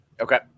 Okay